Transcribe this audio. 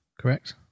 correct